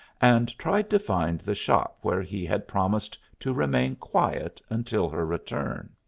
and tried to find the shop where he had promised to remain quiet until her return.